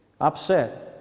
upset